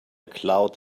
cloud